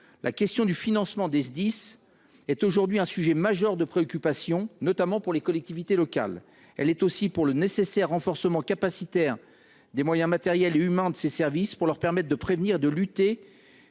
la question du financement des Sdis est aujourd'hui un sujet majeur de préoccupation, notamment pour les collectivités locales. Elle l'est aussi pour le nécessaire renforcement capacitaire des moyens matériels et humains de ces services, afin de leur permettre de prévenir et de lutter